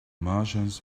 martians